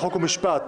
חוק ומשפט